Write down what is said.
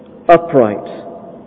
upright